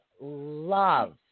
love